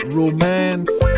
romance